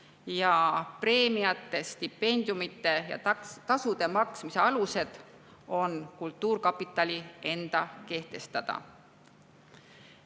Preemiate, stipendiumide ja tasude maksmise alused on kultuurkapitali enda kehtestada.